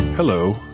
Hello